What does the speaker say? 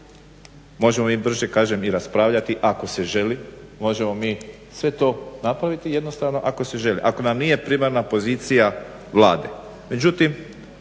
Možemo brže i raspravljati ako se želi. Možemo mi sve to napraviti jednostavno ako se želi, ako nam nije primana pozicija Vlade.